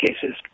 cases